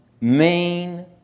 main